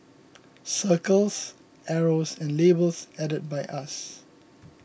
circles arrows and labels added by us